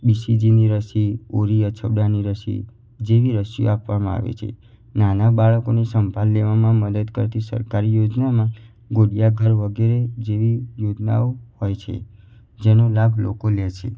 બી C જીની રસી ઓરી અછબડાની રસી જેવી રસી આપવામાં આવે છે નાના બાળકોની સંભાળ લેવામાં મદદ કરતી સરકારી યોજનામાં ઘોડિયાઘર જેવી યોજનાઓ વગેરે હોય છે જેનો લાભ લોકો લે છે